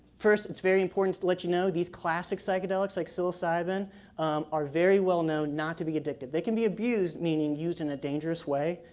first, it's very important to let you know these classic psychedelics like psilocybin are very well known not to be addictive. they can be abused, meaning used in a dangerous way,